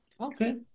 Okay